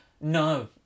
No